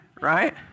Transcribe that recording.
right